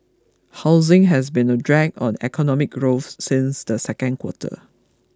housing has been a drag on economic growth since the second quarter